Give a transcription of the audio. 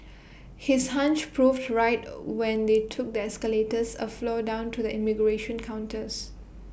his hunch proved right when they took the escalators A floor down to the immigration counters